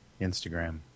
Instagram